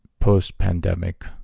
post-pandemic